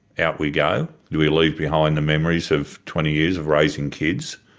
out we go? do we leave behind the memories of twenty years of raising kids?